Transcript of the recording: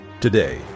today